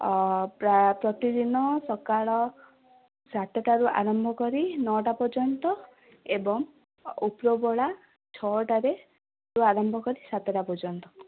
ଅ ପ୍ରତିଦିନ ସକାଳ ସାତ ଟାରୁ ଆରମ୍ଭ କରି ନଅ ଟା ପର୍ଯ୍ୟନ୍ତ ଏବଂ ଉପରବେଳା ଛଅଟାରେ ଆରମ୍ଭ କରି ସାତଟା ପର୍ଯ୍ୟନ୍ତ